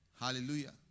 Hallelujah